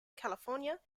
california